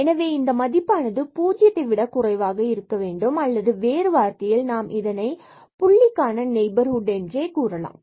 எனவே இந்த மதிப்பானது பூஜ்ஜியத்தை விட குறைவாக இருக்க வேண்டும் அல்லது வேறு வார்த்தையில் நாம் இதை இந்த புள்ளிக்கான நெய்பர்ஹுட் என்று கூறலாம்